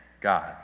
God